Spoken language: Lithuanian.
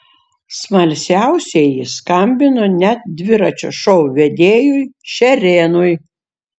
smalsiausieji skambino net dviračio šou vedėjui šerėnui